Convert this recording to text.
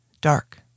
Dark